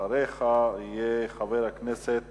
אחריך יהיה חבר הכנסת